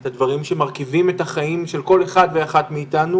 את הדברים שמרכיבים את החיים של כל אחד ואחת מאיתנו